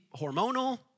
hormonal